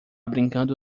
brincando